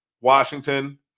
Washington